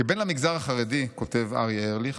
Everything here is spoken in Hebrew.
כבן למגזר החרדי" כותב אריה ארליך,